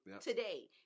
today